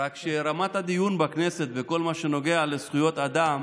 רק שרמת הדיון בכנסת בכל מה שנוגע לזכויות אדם